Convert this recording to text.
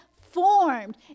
formed